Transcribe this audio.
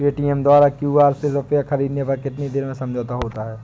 Paytm द्वारा QR से रूपए ख़रीदने पर कितनी देर में समझौता होता है?